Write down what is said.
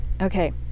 okay